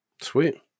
Sweet